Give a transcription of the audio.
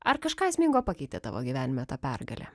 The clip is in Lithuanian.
ar kažką esmingo pakeitė tavo gyvenime ta pergalė